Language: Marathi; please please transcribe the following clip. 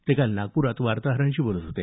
ते काल नागप्रात वार्ताहरांशी बोलत होते